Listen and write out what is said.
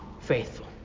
faithful